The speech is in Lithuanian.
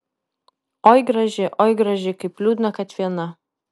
oi graži oi graži kaip liūdna kad viena